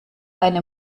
eine